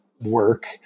work